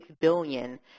billion